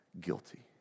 guilty